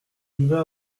devait